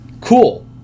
cool